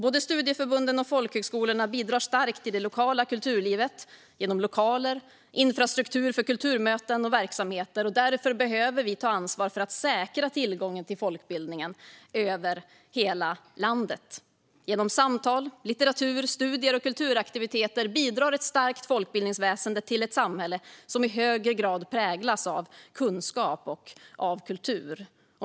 Både studieförbunden och folkhögskolorna bidrar starkt till det lokala kulturlivet genom lokaler, infrastruktur för kulturmöten och verksamheter. Därför behöver vi ta ansvar för att säkra tillgången till folkbildningen över hela landet. Genom samtal, litteratur, studier och kulturaktiviteter bidrar ett starkt folkbildningsväsen till ett samhälle som i högre grad präglas av kunskap och kultur.